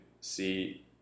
see